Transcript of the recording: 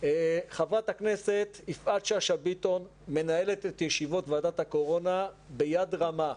חברת הכנסת יפעת שאשא ביטון מנהלת את ישיבות ועדת הקורונה ביד רמה,